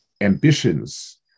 ambitions